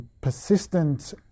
persistent